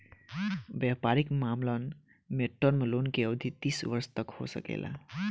वयपारिक मामलन में टर्म लोन के अवधि तीस वर्ष तक हो सकेला